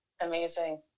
amazing